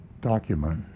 document